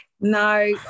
no